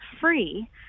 free